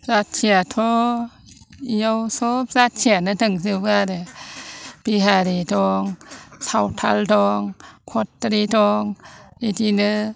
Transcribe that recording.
जाथियाथ' बेयाव सब जातियानो दंजोबो आरो बिहारि दं सावथाल दं खथ्रि दं बिदिनो